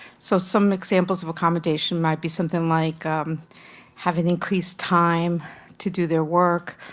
so some examples of accommodation might be something like having increased time to do their work,